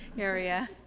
area,